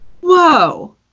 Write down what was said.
Whoa